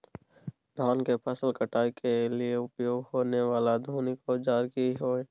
धान के फसल काटय के लिए उपयोग होय वाला आधुनिक औजार की होय छै?